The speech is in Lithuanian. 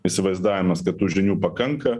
įsivaizdavimas kad tų žinių pakanka